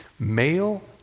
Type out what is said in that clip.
Male